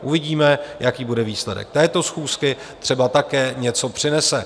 Uvidíme, jaký bude výsledek této schůzky, třeba také něco přinese.